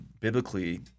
biblically